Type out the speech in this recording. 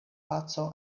paco